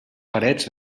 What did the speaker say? parets